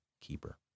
keeper